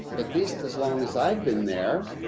at least as long as i've been there,